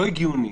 לא הגיוני